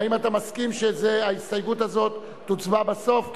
האם אתה מסכים שעל ההסתייגות הזאת יצביעו בסוף?